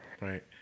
Right